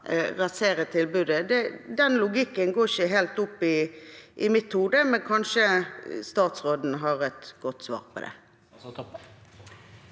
rasere tilbudet. Den logikken går ikke helt opp i mitt hode, men kanskje statsråden har et godt svar på det.